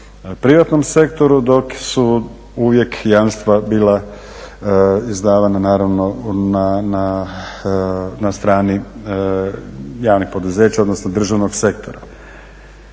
privatnom sektoru dok su uvijek jamstva bila izdavana naravno na strani javnih poduzeća odnosno državnog sektora.